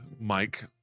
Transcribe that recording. mike